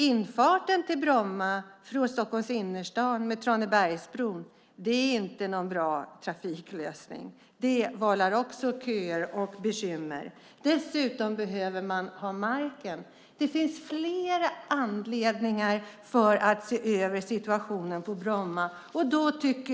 Infarten till Bromma från Stockholms innerstad med Tranebergsbron är inte någon bra trafiklösning. Detta vållar också köer och bekymmer. Dessutom behöver man ha marken. Det finns flera anledningar att se över situationen på Bromma.